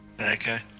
Okay